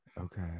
Okay